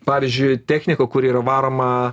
pavyzdžiui technika kuri yra varoma